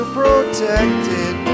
protected